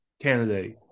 candidate